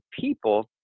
people